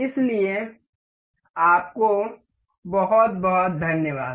इसलिए आपको बहुत बहुत धन्यवाद